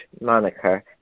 moniker